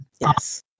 Yes